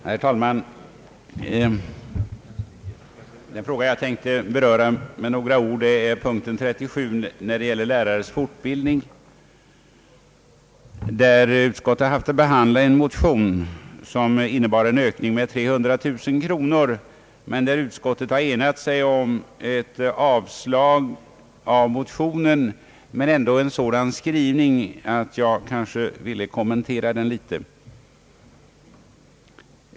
Herr talman! Jag skall med några ord beröra punkten 37 om lärares fortbildning. Utskottet har där haft att be Utskottet har enats om att yrka avslag på motionen men har ändå en sådan skrivning att jag vill göra ett par kommentarer.